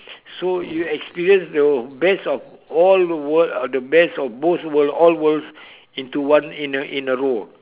so you experience the best of all the world the best of both world all worlds into one in a in a row